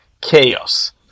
chaos